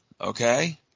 okay